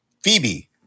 Phoebe